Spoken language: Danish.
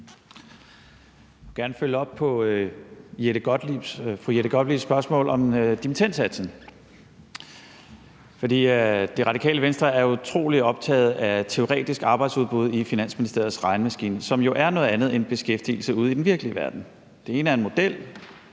Jeg vil gerne følge op på fru Jette Gottliebs spørgsmål om dimittendsatsen. Radikale Venstre er jo utrolig optaget af teoretisk arbejdsudbud i Finansministeriets regnemaskine, som jo er noget andet end beskæftigelse ude i den virkelige verden. Det ene er en model,